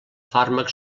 fàrmac